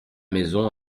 maison